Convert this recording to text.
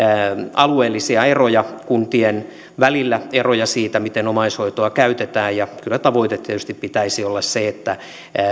alueellisia eroja kuntien välillä eroja siinä miten omaishoitoa käytetään kyllä tavoitteen tietysti pitäisi olla se että